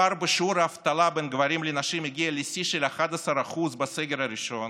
הפער בשיעור האבטלה בין גברים לנשים הגיע לשיא של 11% בסגר הראשון